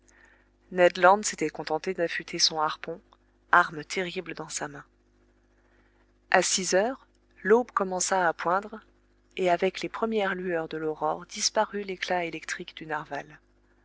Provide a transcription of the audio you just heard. land s'était contenté d'affûter son harpon arme terrible dans sa main a six heures l'aube commença à poindre et avec les premières lueurs de l'aurore disparut l'éclat électrique du narwal